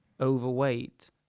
overweight